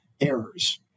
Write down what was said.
errors